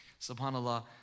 subhanallah